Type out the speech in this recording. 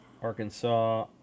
Arkansas